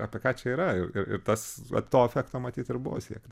apie ką čia yra ir ir ir tas va to efekto matyt ir buvo siekt